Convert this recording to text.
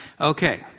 Okay